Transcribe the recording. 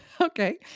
Okay